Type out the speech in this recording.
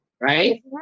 right